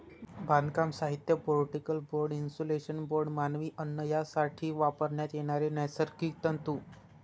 बांधकाम साहित्य, particle board, insulation board, मानवी अन्न यासाठी वापरण्यात येणारे नैसर्गिक तंतू